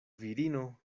virino